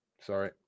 Sorry